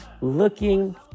looking